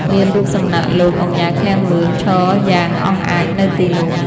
មានរូបសំណាកលោកឧកញ៉ា ឃ្លាំងមឿង ឈរយ៉ាងអង់អាចនៅទីនោះ។